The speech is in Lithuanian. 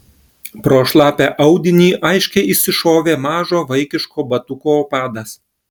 pro šlapią audinį aiškiai išsišovė mažo vaikiško batuko padas